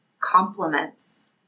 compliments